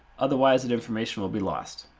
otherwise that information will be lost.